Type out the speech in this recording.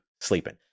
sleeping